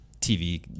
TV